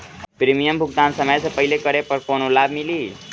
Premium भुगतान समय से पहिले करे पर कौनो लाभ मिली?